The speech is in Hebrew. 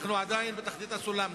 אנחנו עדיין בתחתית הסולם,